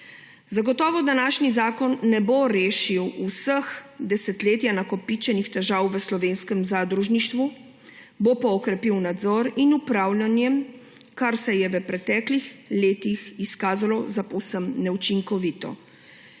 Zagotovo današnji zakon ne bo rešil vseh desetletja nakopičenih težav v slovenskem zadružništvu, bo pa okrepil nadzor in upravljanje, kar se je v preteklih letih izkazalo za povsem neučinkovito.